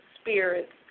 spirits